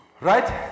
Right